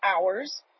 hours